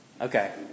Okay